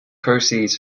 proceeds